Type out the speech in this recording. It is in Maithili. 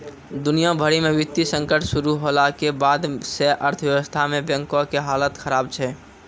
दुनिया भरि मे वित्तीय संकट शुरू होला के बाद से अर्थव्यवस्था मे बैंको के हालत खराब छै